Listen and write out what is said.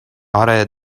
آره